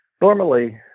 normally